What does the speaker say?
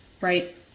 right